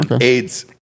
AIDS